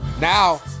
now